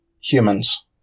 humans